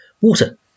water